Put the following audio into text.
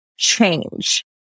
Change